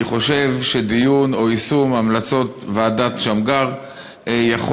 אני חושב שדיון או יישום של המלצות ועדת שמגר יכול